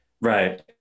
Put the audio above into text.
right